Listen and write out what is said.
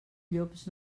llops